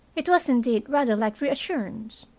it was, indeed, rather like reassurance.